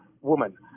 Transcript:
woman